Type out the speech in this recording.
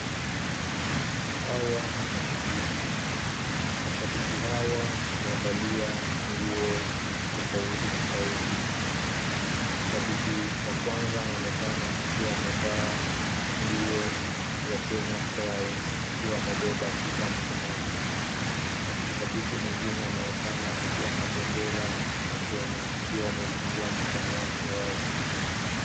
Hawa ni mashabiki. Mashabiki hawa wamevalia nguo tofauti tofauti. Shabiki wa kwanza anaonekana akiwa amevaa nguo ya Kenya Airways akiwa amebeba chupa mkononi. Shabiki mwingine anaonekana kuwa na bendera ya Kenya, akiwa amefungua mkono wake wazi.